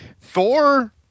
Thor